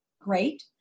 great